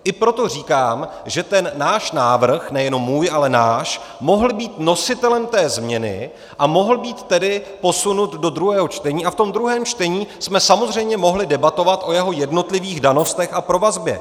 I proto říkám, že ten náš návrh nejenom můj, ale náš mohl být nositelem té změny a mohl být tedy posunut do druhého čtení a v tom druhém čtení jsme samozřejmě mohli debatovat o jeho jednotlivých danostech a provazbě.